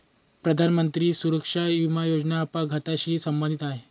प्रधानमंत्री सुरक्षा विमा योजना अपघाताशी संबंधित आहे